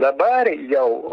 dabar jau